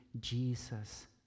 Jesus